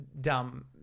dumb